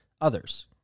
others